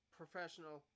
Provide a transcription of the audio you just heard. professional